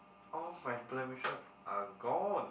all my blemishes are gone